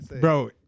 Bro